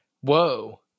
Whoa